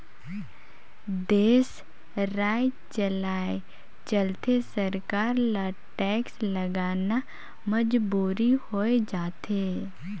देस, राज चलाए चलते सरकार ल टेक्स लगाना मजबुरी होय जाथे